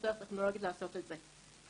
בתרבות אין דבר כזה משום מה, יש רק תרבות.